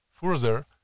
further